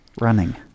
Running